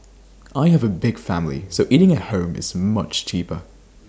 I have A big family so eating at home is much cheaper